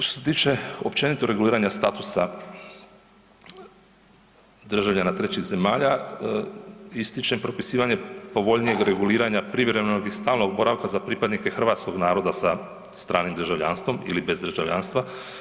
Što se tiče općenito reguliranja statusa državljana trećih zemalja ističem propisivanje povoljnijeg reguliranja privremenog i stalnog boravka za pripadnike hrvatskog naroda sa stranim državljanstvom ili bez državljanstva.